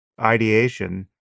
ideation